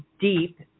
deep